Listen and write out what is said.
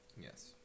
Yes